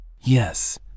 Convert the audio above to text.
Yes